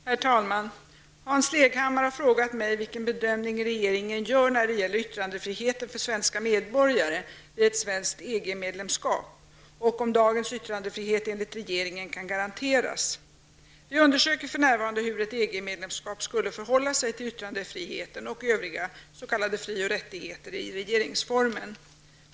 Herr talman! Hans Leghammar har frågat mig vilken bedömning regeringen gör när det gäller yttrandefriheten för svenska medborgare vid ett svenskt EG-medlemskap och om dagens yttrandefrihet enligt regeringen kan garanteras. Vi undersöker för närvarande hur ett EG medlemskap skulle förhålla sig till yttrandefriheten och övriga s.k. fri och rättigheter i regeringsformen.